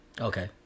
Okay